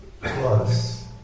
plus